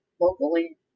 locally